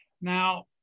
Now